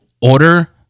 order